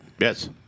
Yes